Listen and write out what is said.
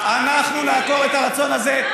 אנחנו נעקור את הרצון הזה,